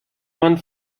man